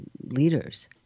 leaders